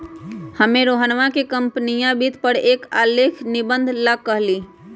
हम्मे रोहनवा के कंपनीया वित्त पर एक आलेख निबंध ला कहली